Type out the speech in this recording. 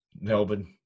Melbourne